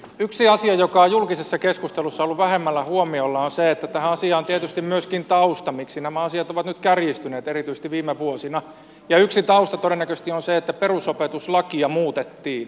yksi asia joka on julkisessa keskustelussa ollut vähemmällä huomiolla on se että tähän asiaan on tietysti myöskin tausta miksi nämä asiat ovat nyt kärjistyneet erityisesti viime vuosina ja yksi tausta todennäköisesti on se että perusopetuslakia muutettiin